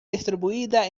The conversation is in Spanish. distribuida